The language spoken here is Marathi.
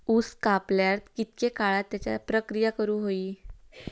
ऊस कापल्यार कितके काळात त्याच्यार प्रक्रिया करू होई?